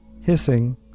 hissing